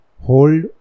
hold